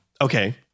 Okay